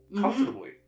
comfortably